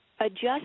Adjust